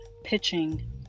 pitching